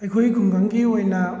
ꯑꯩꯈꯣꯏ ꯈꯨꯡꯒꯪꯒꯤ ꯑꯣꯏꯅ